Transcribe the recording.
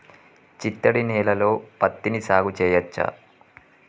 చిత్తడి నేలలో పత్తిని సాగు చేయచ్చా?